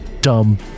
dumb